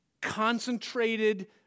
concentrated